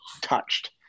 touched